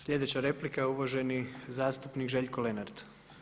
Slijedeća replika je uvaženi zastupnik Željko Lenart.